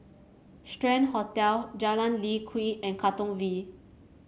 Strand Hotel Jalan Lye Kwee and Katong V